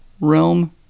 realm